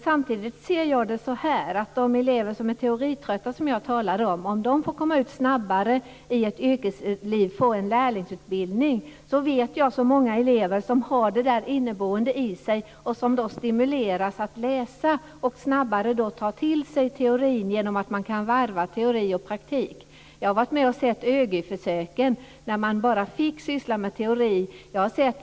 Jag talade om elever som är teoritrötta, som skulle kunna få en lärlingsutbildning och komma ut snabbare i yrkeslivet. Många elever skulle då stimuleras att läsa och ta till sig teorin snabbare, genom att de kan varva teori och praktik. Jag har varit med och sett ÖGY-försöken. Då fick man bara syssla med teori.